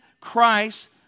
Christ